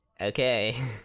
okay